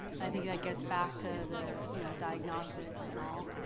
i think that gets back to the you know diagnostics and all,